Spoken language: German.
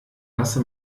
lasse